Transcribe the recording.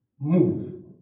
move